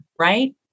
right